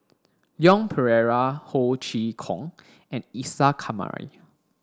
Leon Perera Ho Chee Kong and Isa Kamari